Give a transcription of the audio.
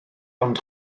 ond